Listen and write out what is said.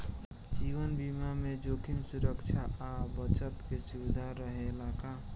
जीवन बीमा में जोखिम सुरक्षा आ बचत के सुविधा रहेला का?